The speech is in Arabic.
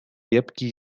يبكي